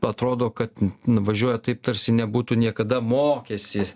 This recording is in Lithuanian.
atrodo kad nu važiuoja taip tarsi nebūtų niekada mokęsi